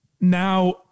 Now